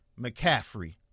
McCaffrey